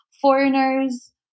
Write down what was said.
foreigners